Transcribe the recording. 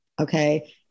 okay